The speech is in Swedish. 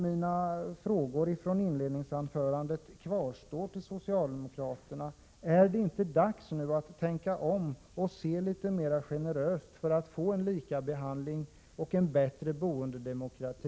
Min fråga från inledningsanförandet till socialdemokraterna kvarstår: Är det inte dags att nu tänka om och se litet mer generöst på den fastighetsrättsliga lagstiftningen, för att få en likabehandling och en bättre boendedemokrati?